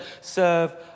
serve